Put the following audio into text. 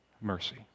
Mercy